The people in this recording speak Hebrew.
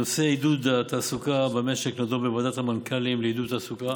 נושא עידוד התעסוקה במשק נדון בוועדת המנכ"לים לעידוד תעסוקה